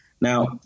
Now